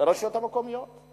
לרשויות המקומיות.